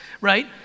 right